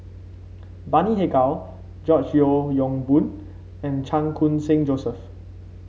Bani Haykal George Yeo Yong Boon and Chan Khun Sing Joseph